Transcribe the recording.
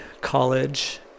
college